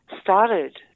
started